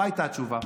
מה הייתה התשובה?